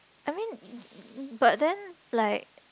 I mean but then like